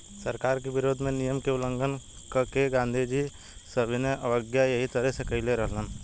सरकार के विरोध में नियम के उल्लंघन क के गांधीजी सविनय अवज्ञा एही तरह से कईले रहलन